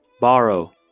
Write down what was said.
Borrow